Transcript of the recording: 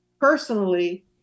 personally